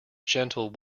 gentle